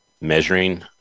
measuring